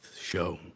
show